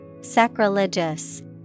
Sacrilegious